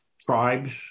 tribes